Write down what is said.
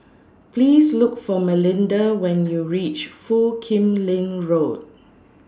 Please Look For Melinda when YOU REACH Foo Kim Lin Road